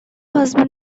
husband